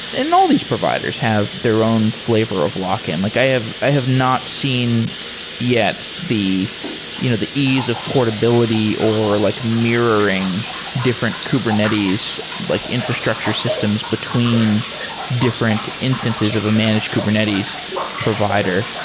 and all these providers have their own fl avor of lock-in. like i have i have not seen yet the you know the ease of portability or like mirroring different kubernetes like infrastructure systems between different instances of a managed kubernetes provider.